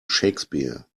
shakespeare